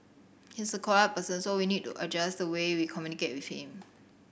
he's a quiet person so we need to adjust the way we communicate with him